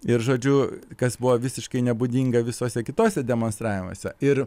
ir žodžiu kas buvo visiškai nebūdinga visose kitose demonstravimuose ir